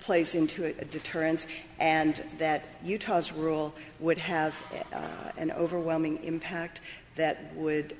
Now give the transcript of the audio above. place into a deterrence and that utah's rule would have an overwhelming impact that would